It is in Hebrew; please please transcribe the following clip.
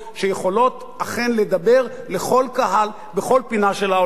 שיכולות אכן לדבר לכל קהל בכל פינה של העולם.